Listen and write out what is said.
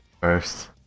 First